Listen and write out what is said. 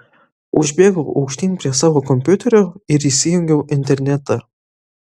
užbėgau aukštyn prie savo kompiuterio ir įsijungiau internetą